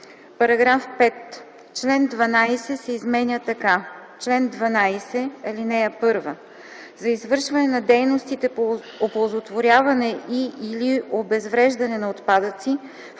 „§ 5. Член 12 се изменя така: „Чл. 12. (1) За извършване на дейностите по оползотворяване и/или обезвреждане на отпадъци,